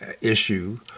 issue